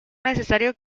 necesario